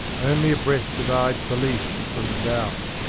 only a breath divides belief from doubt,